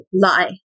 lie